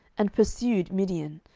and pursued midian,